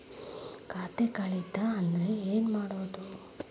ಖಾತೆ ಕಳಿತ ಅಂದ್ರೆ ಏನು ಮಾಡೋದು?